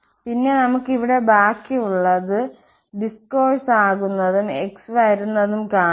പിന്നെ നമുക്ക് ഇവിടെ ബാക്കിയുള്ളത് ഡിസ്കോഴ്സ് ആകുന്നതും x വരുന്നതും കാണാം